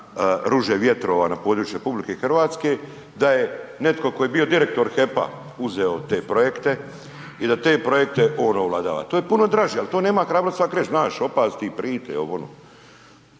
ruže vjetrova na području RH, da je netko tko je bio direktor HEP-a uzeo te projekte i da te projekte on ovladava. To je puno draže ali to nema hrabrosti svak reć, znaš .../Govornik